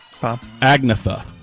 Agnatha